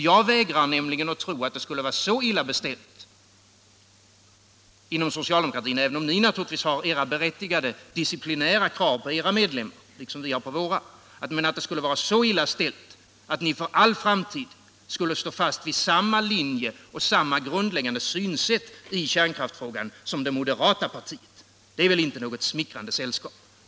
Jag vägrar nämligen att tro att det skulle vara så illa beställt inom socialdemokratin — även om ni naturligtvis har era berättigade disciplinära krav på era medlemmar, liksom vi har på våra — att ni för all framtid skulle stå fast vid samma linje och samma grundläggande synsätt i kärnkraftsfrågan som det moderata partiet. Det är väl inte något smickrande sällskap.